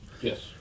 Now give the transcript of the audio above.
Yes